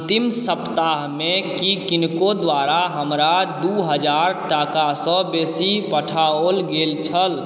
अन्तिम सप्ताहमे की किनको द्वारा हमरा दू हजार टाकासँ बेसी पठाओल गेल छल